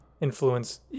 influence